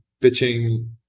pitching